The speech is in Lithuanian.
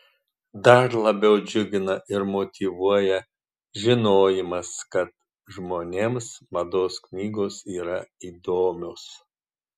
dar labiau džiugina ir motyvuoja žinojimas kad žmonėms mados knygos yra įdomios